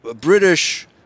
British